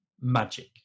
magic